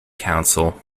council